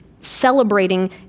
celebrating